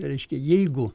reiškia jeigu